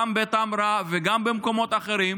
גם בטמרה וגם במקומות אחרים,